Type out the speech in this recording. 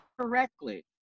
correctly